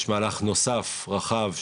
יש מהלך נוסף, רחב,